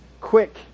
quick